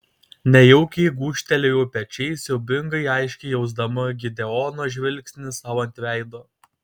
nejaukiai gūžtelėjau pečiais siaubingai aiškiai jausdama gideono žvilgsnį sau ant veido